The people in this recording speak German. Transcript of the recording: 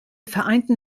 vereinten